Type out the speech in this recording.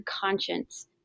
conscience